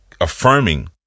affirming